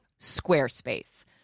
Squarespace